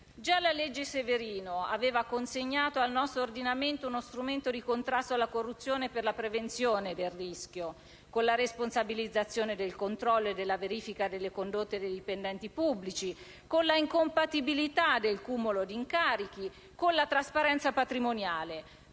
Già la legge Severino aveva consegnato al nostro ordinamento uno strumento di contrasto alla corruzione per la prevenzione del rischio, con la responsabilizzazione del controllo e della verifica delle condotte dei dipendenti pubblici, con le incompatibilità del cumulo di incarichi, con la trasparenza patrimoniale;